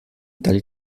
tal